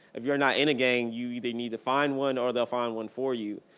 if you're not in a gang, you either need to find one or they'll find one for you.